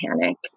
panic